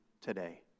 today